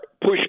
push